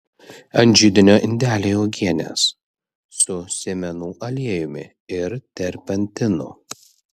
ant židinio indeliai uogienės su sėmenų aliejumi ir terpentinu